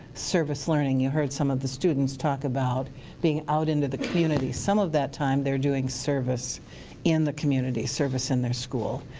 service learning, you heard some of the students talk about being out into the communities, some of that time they are doing service in the community, service in their school.